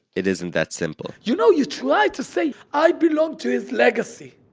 it isn't that simple you know you try to say i belong to his legacy.